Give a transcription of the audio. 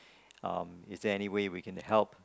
um is there anyway we can help